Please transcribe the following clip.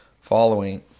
following